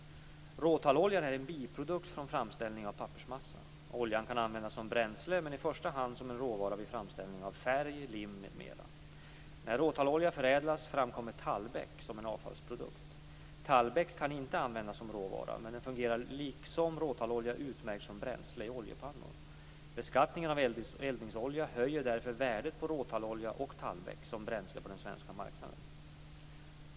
Råtalloljan är en biprodukt från framställning av pappersmassa. Oljan kan användas som bränsle men i första hand som en råvara vid framställning av färg, lim m.m. När råtallolja förädlas framkommer tallbeck som en avfallsprodukt. Tallbeck kan inte användas som råvara men fungerar liksom råtallolja utmärkt som bränsle i oljepannor. Beskattningen av eldningsolja höjer därför värdet på råtallolja och tallbeck som bränsle på den svenska marknaden.